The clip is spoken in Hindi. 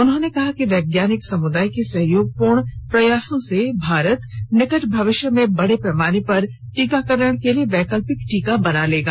उन्होंने कहा कि वैज्ञानिक समुदाय के सहयोगपूर्ण प्रयासों से भारत निकट भविष्य में बड़े पैमाने पर टीकाकरण के लिए वैकल्पिक टीका बना लेगा